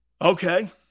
Okay